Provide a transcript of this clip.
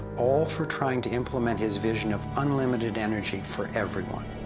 all for trying to implement his vision of unlimited energy for everyone.